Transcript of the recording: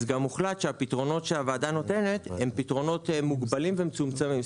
הוחלט שהפתרונות שהוועדה נותנת הם פתרונות מוגבלים ומצומצמים.